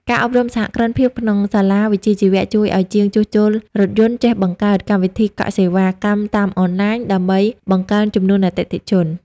ការអប់រំសហគ្រិនភាពក្នុងសាលាវិជ្ជាជីវៈជួយឱ្យជាងជួសជុលរថយន្តចេះបង្កើត "កម្មវិធីកក់សេវាកម្មតាមអនឡាញ" ដើម្បីបង្កើនចំនួនអតិថិជន។